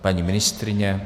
Paní ministryně?